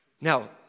Now